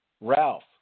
Ralph